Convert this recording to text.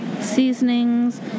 Seasonings